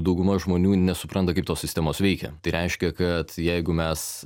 dauguma žmonių nesupranta kaip tos sistemos veikia tai reiškia kad jeigu mes